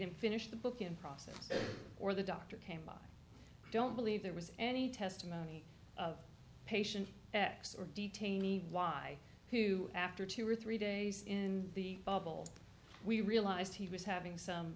and finish the book in process or the doctor came by i don't believe there was any testimony of patient x or detainee y who after two or three days in the bubble we realized he was having some